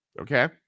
Okay